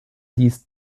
dies